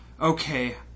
Okay